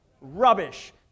Rubbish